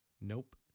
Nope